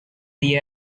the